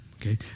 Okay